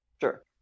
Sure